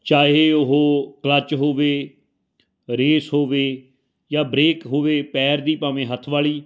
ਚਾਹੇ ਉਹ ਕਲੱਚ ਹੋਵੇ ਰੇਸ ਹੋਵੇ ਜਾਂ ਬ੍ਰੇਕ ਹੋਵੇ ਪੈਰ ਦੀ ਭਾਵੇਂ ਹੱਥ ਵਾਲੀ